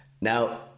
Now